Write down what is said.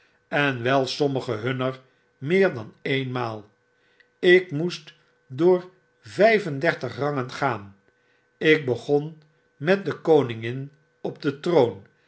en wel sommige hunner meer dan eenmaal ik moest door vijfendertigrangen gaan ik begon met de koningin op den troon